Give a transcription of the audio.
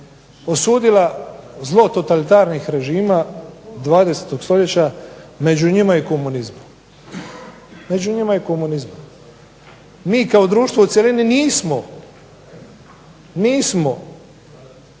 osudila zlo totalitarnih režima 20. stoljeća među njima i komunizma. Mi kao društvo u cjelini nismo osudili